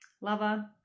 Lover